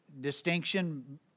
distinction